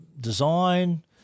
design